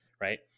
right